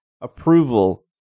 approval